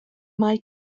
mae